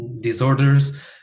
disorders